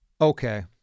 Okay